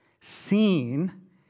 seen